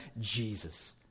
Jesus